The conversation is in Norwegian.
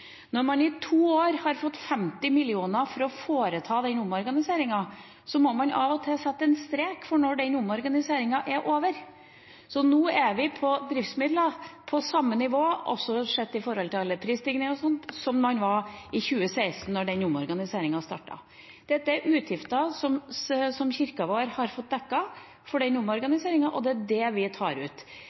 når man i to år har fått 50 mill. kr for å foreta den omorganiseringen – sette en strek for når den omorganiseringen er over. Så når det gjelder driftsmidler, er vi nå på samme nivå, også sett i forhold til prisstigning osv., som man var i 2016, da omorganiseringen startet. Dette er utgifter som Kirken har fått dekket for den omorganiseringen, og det er det vi tar ut.